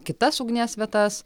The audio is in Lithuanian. kitas ugnies vietas